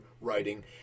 writing